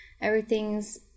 Everything's